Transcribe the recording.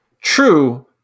True